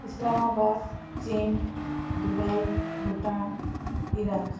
Islamabad China Dubai Bhutan Iraq